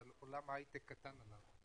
עולם ההייטק קטן עליו.